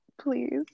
Please